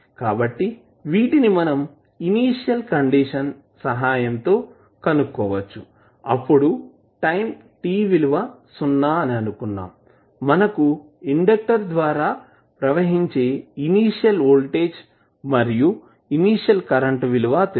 కాబట్టి వీటిని మనం ఇనీషియల్ కండిషన్స్ సహాయం తో కొనుక్కోవచ్చు అప్పుడు టైం t విలువ సున్నా అని అనుకున్నాం మనకు ఇండక్టర్ ద్వారా ప్రవహించే ఇనీషియల్ వోల్టేజ్ మరియు ఇనీషియల్ కరెంటు విలువ తెలుసు